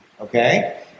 Okay